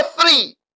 three